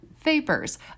vapors